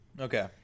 Okay